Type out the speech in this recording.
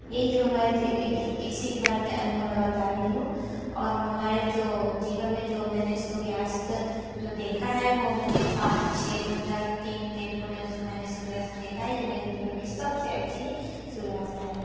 यही जो हमारे इसी के बारे में अनुभव मैं बता रही हूँ और हमारे जो जीवन में जो मैंने सूर्यास्त जो देखा है वो मैंने पाँच छः दो हज़ार तीन डेट को जो मैंने सूर्यास्त देखा है ये मेरे जीवन की सबसे अच्छी सूर्यास्त है